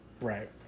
right